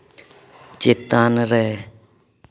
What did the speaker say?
ᱪᱮᱛᱟᱱ ᱨᱮ